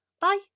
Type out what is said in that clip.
Bye